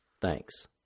Thanks